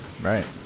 Right